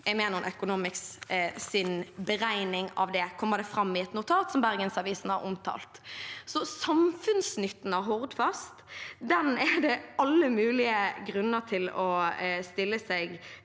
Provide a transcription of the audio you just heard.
er Menon Economics’ beregning av det, kommer det fram i et notat som Bergensavisen har omtalt. Så samfunnsnytten av Hordfast er det alle mulige grunner til å stille seg